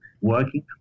working